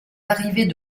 arrivées